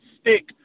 stick